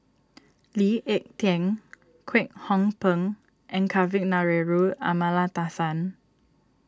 Lee Ek Tieng Kwek Hong Png and Kavignareru Amallathasan